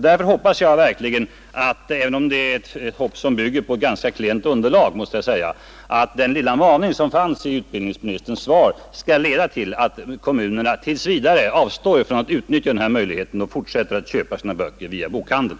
Därför hoppas jag verkligen — även om det hoppet bygger på ett ganska klent underlag — att den lilla maning som finns i utbildningsministerns svar skall leda till att kommunerna tills vidare fortsätter att köpa sina böcker via bokhandeln.